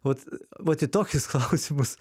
vat vat į tokius klausimus